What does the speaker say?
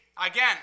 again